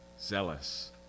Zealous